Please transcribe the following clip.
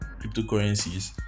cryptocurrencies